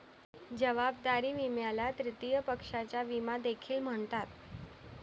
जबाबदारी विम्याला तृतीय पक्षाचा विमा देखील म्हणतात